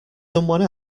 someone